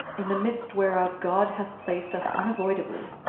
in the midst whereof god hath placed us unavoidably.